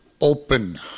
open